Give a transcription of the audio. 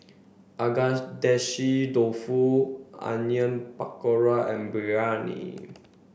Agedashi Dofu Onion Pakora and Biryani